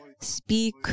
speak